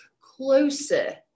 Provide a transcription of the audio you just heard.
closer